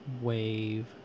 wave